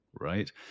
right